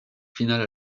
finale